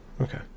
Okay